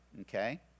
okay